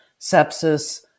sepsis